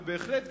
ובהחלט,